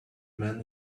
man